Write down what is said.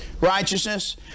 righteousness